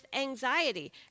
anxiety